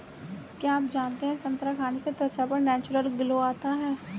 क्या आप जानते है संतरा खाने से त्वचा पर नेचुरल ग्लो आता है?